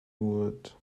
wood